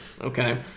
Okay